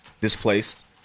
displaced